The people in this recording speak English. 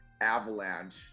avalanche